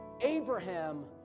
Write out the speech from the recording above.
Abraham